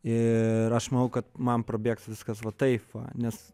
ir aš manau kad man prabėgs viskas o taip va nes